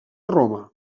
roma